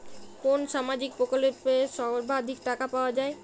কোন সামাজিক প্রকল্পে সর্বাধিক টাকা পাওয়া য়ায়?